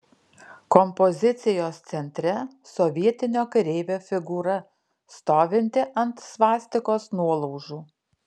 kompozicijos centre sovietinio kareivio figūra stovinti ant svastikos nuolaužų